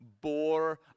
bore